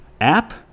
app